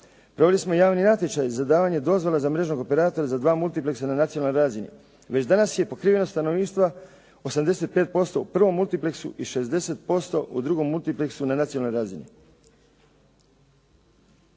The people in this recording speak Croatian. Proveli smo javni natječaj za davanje dozvole za mrežnog operatora za dva multipleksa na nacionalnoj razini. Već danas je pokriveno stanovništva 85% u prvom multipleksu i 60% u drugu multipleksu na nacionalnoj razini.